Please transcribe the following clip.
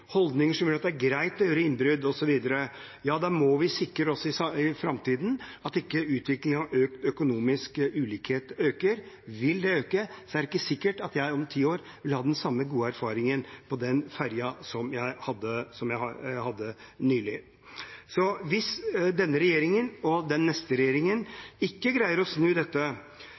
holdninger som at det er greit å gjøre innbrudd osv., ja da må vi for framtiden også sikre oss at ikke utviklingen med økt økonomisk ulikhet fortsetter. Det er ikke sikkert at jeg om ti år vil ha den samme gode erfaringen på den ferga som jeg hadde nylig. Hvis denne regjeringen og den neste regjeringen ikke greier å snu dette,